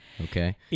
okay